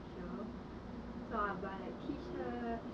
cause my style is more towards casual